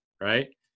right